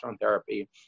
therapy